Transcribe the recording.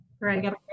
right